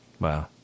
Wow